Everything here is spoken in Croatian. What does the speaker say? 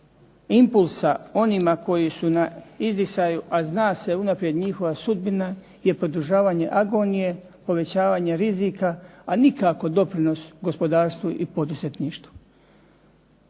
impulsa onima koji su na izdisaju, a zna se unaprijed njihova sudbina je produžavanje agonije, povećavanje rizika, a nikako doprinos gospodarstvu i poduzetništvu.